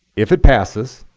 if it passes,